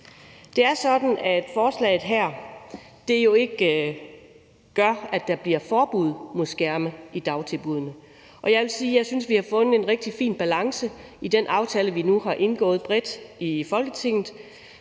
Det er sådan, at forslaget her jo ikke gør, at der bliver forbud mod skærme i dagtilbuddene. Jeg vil sige, at vi har fundet en rigtig fin balance i den aftale, vi nu har indgået bredt i Folketinget,